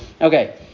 Okay